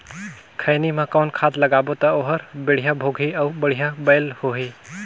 खैनी मा कौन खाद लगाबो ता ओहार बेडिया भोगही अउ बढ़िया बैल होही?